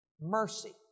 mercy